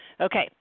Okay